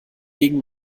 gegen